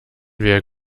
wir